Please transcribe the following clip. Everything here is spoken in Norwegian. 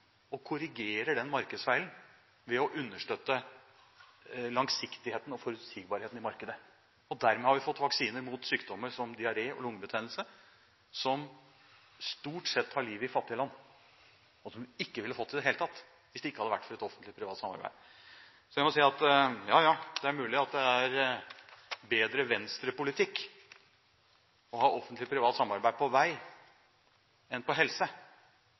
og korrigerer denne markedsfeilen ved å understøtte langsiktigheten og forutsigbarheten i markedet. Dermed har vi fått vaksiner mot sykdommer som diaré og lungebetennelse, som stort sett tar liv i fattige land – land som ikke ville fått disse i det hele tatt hvis det ikke hadde vært for et offentlig–privat samarbeid. Så jeg må si at det er mulig at det er bedre Venstre-politikk å ha offentlig–privat samarbeid på vei enn på helse,